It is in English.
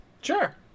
sure